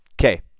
Okay